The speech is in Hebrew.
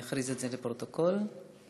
ההצעה להעביר את הנושא לוועדת